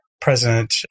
President